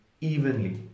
evenly